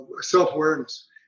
self-awareness